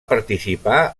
participar